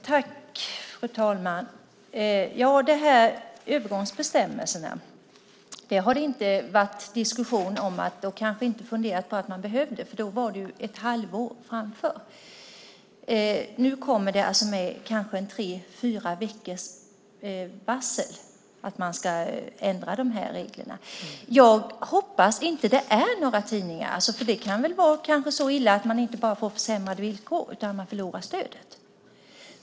Fru talman! När det gäller övergångsbestämmelserna har man kanske inte diskuterat om sådana skulle behövas, för då var det ett halvår framåt. Nu kommer det med kanske tre fyra veckors varsel att man ska ändra de här reglerna. Jag hoppas att det inte drabbar några tidningar, för det kanske är så illa att man inte bara får försämrade villkor utan att man även förlorar stödet.